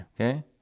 Okay